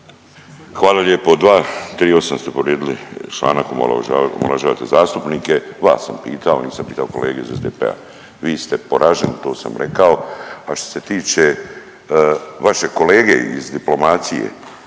Hvala lijepo. 238 ste povrijedili članak, omalovažavate zastupnike. Vas sam pitao, nisam pitao kolege iz SDP-a, vi ste poraženi, to sam rekao, a što se tiče vašeg kolege iz diplomacije,